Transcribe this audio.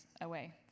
away